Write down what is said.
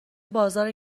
بازار